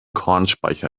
kornspeicher